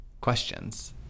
questions